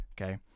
okay